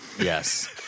Yes